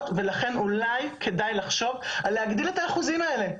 ולכן אולי כדאי לחשוב על להגדיל את האחוזים האלה,